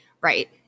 Right